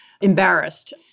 embarrassed